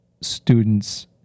students